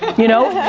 you know.